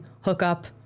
hookup